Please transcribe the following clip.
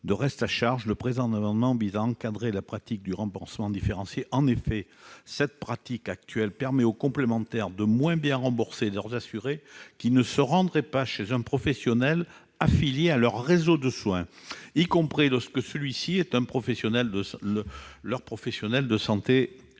de reste à charge, le présent amendement vise à encadrer la pratique du remboursement différencié. En effet, cette pratique permet actuellement aux complémentaires de moins bien rembourser leurs assurés qui ne se rendraient pas chez un professionnel de santé affilié à leur réseau de soins, y compris lorsque ces assurés se rendent